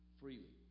freely